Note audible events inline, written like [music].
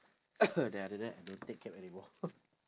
[coughs] then after I didn't take cab anymore [laughs]